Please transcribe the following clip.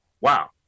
wow